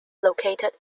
located